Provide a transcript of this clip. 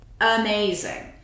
amazing